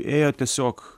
ėjo tiesiog